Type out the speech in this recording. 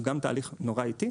הוא גם תהליך נורא איטי,